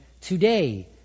Today